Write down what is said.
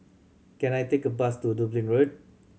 can I take a bus to Dublin Road